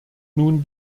nun